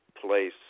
place